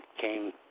came